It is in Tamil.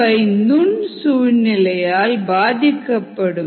இவை நுண் சூழ்நிலையால் பாதிக்கப்படும்